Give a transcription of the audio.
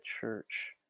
church